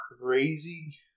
crazy